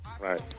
Right